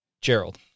Gerald